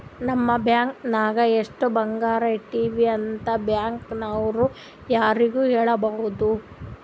ನಾವ್ ಬ್ಯಾಂಕ್ ನಾಗ್ ಎಷ್ಟ ಬಂಗಾರ ಇಟ್ಟಿವಿ ಅಂತ್ ಬ್ಯಾಂಕ್ ನವ್ರು ಯಾರಿಗೂ ಹೇಳಬಾರ್ದು